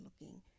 looking